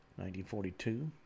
1942